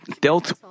dealt